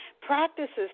practices